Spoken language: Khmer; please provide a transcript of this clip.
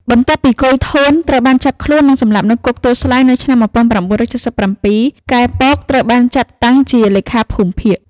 បន្ទាប់ពី កុយ ធួន ត្រូវបានចាប់ខ្លួន និងសម្លាប់នៅគុកទួលស្លែង នៅឆ្នាំ១៩៧៧ កែ ពក ត្រូវបានចាត់តាំងជាលេខាភូមិភាគ។